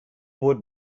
woord